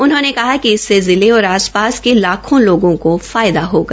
उन्होंने कहा कि इससे जिले और आसपास के लाखों लोगों को लाभ होगा